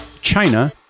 China